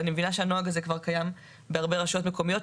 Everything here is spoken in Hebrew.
אני מבינה שהנוהג הזה קיים כבר בהרבה רשויות מקומיות,